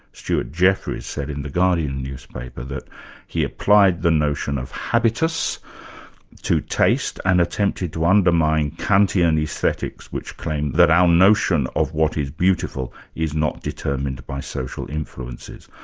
stewart jeffries said in the guardian newspaper that he applied the notion of habitus to taste and attempted to undermine kantean and aesthetics which claim that our notion of what is beautiful is not determined by social influences.